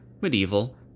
medieval